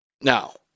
Now